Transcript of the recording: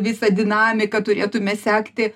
visą dinamiką turėtume sekti